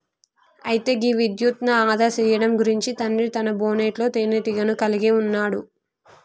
అయితే గీ విద్యుత్ను ఆదా సేయడం గురించి తండ్రి తన బోనెట్లో తీనేటీగను కలిగి ఉన్నాడు